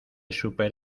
súper